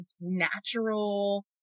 natural